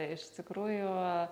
iš tikrųjų